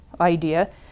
idea